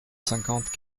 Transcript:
cinquante